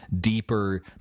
deeper